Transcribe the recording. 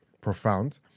profound